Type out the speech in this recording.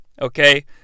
Okay